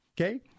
okay